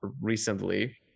recently